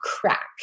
crack